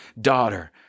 daughter